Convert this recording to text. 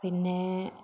പിന്നെ